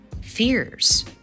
fears